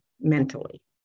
mentally